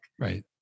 Right